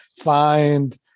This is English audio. find